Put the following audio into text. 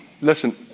listen